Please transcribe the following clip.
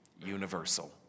Universal